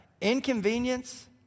inconvenience